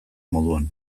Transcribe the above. moduan